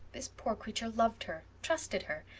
this poor creature loved her trusted her.